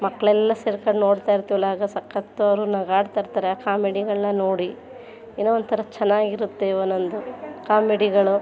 ಮಕ್ಕಳೆಲ್ಲ ಸೇರ್ಕೊಂಡು ನೋಡ್ತಾಯಿರ್ತೀವಲ್ಲ ಆಗ ಸಖತ್ತವ್ರು ನಗಾಡ್ತಿರ್ತಾರೆ ಆ ಕಾಮಿಡಿಗಳನ್ನ ನೋಡಿ ಏನೋ ಒಂಥರ ಚೆನ್ನಾಗಿರುತ್ತೆ ಒದೊಂದು ಕಾಮಿಡಿಗಳು